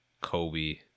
Kobe